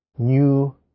new